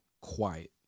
quiet